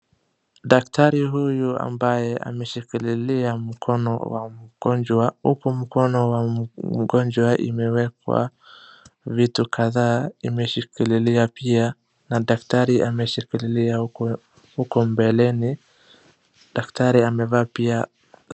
Daktari huyu ambaye ameshikililia mkono wa mgonjwa, huku mkono wa mgonjwa imewekwa vitu kadhaa imeshikilia pia na daktari ameshikilia huko mbeleni. Daktari amevaa pia...